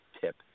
tip